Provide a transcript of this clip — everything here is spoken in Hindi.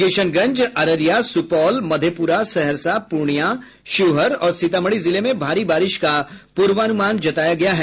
किशनगंज अररिया सुपौल मधेपुरा सहरसा पूर्णियां शिवहर और सीतामढ़ी जिले में भारी बारिश का पूर्वानुमान जताया गया है